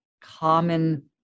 common